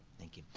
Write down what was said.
thank you.